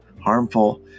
harmful